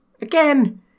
Again